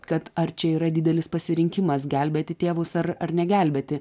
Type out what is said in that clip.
kad ar čia yra didelis pasirinkimas gelbėti tėvus ar ar negelbėti